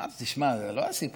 אמרתי: תשמע, זה לא הסיפור.